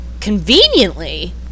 conveniently